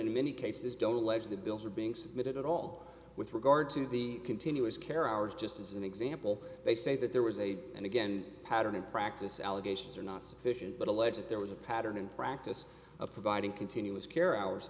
in many cases don't lead to the bills are being submitted at all with regard to the continuous care hours just as an example they say that there was a and again pattern in practice allegations are not sufficient but a legit there was a pattern and practice of providing continuous care hours